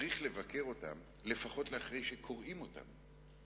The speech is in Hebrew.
צריך לבקר אותם לפחות אחרי שקוראים אותם.